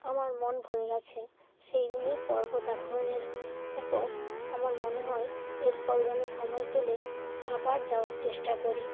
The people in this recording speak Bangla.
আমার মন ভরে গেছে সেই দিনে পর্বত আরোহণের উপর আমার মনে হয় এরপরে যেন সময় পেলে আবার যাওয়ার চেষ্টা করি